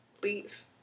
leave